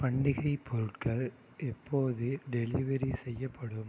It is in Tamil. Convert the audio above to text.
பண்டிகை பொருட்கள் எப்போது டெலிவரி செய்யப்படும்